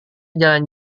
jalan